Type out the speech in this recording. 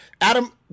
Adam